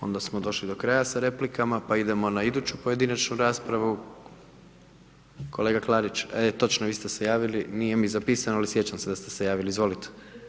Onda smo došli do kraja sa replikama, pa idemo na iduću pojedinačnu raspravu, kolega Klarić, e, točno, vi ste se javili, nije mi zapisano, ali sjećam se da ste se javili, izvolite.